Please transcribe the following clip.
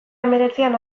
hemeretzian